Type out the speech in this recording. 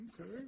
Okay